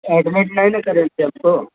admit नहीं न करेंगी हमको